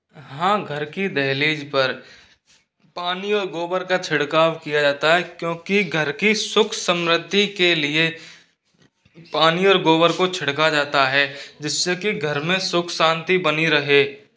हाँ घर की दहलीज पर पानी और गोबर का छिड़काव किया जाता है क्योंकि घर की सुख समृद्धि के लिए पानी और गोबर को छिड़का जाता है जिससे की घर में सुख शांति बनी रहे